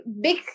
big